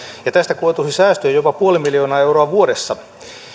ja tästä koituisi säästöjä jopa puoli miljoonaa euroa vuodessa